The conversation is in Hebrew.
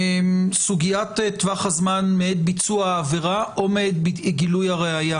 סוגיית טווח הזמן מעת ביצוע העבירה או מעת גילוי הראיה.